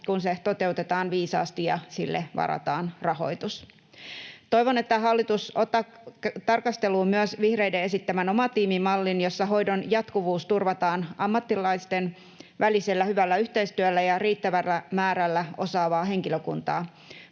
kun se toteutetaan viisaasti ja sille varataan rahoitus. Toivon, että hallitus ottaa tarkasteluun myös vihreiden esittämän omatiimimallin, jossa hoidon jatkuvuus turvataan ammattilaisten välisellä hyvällä yhteistyöllä ja riittävällä määrällä osaavaa henkilökuntaa.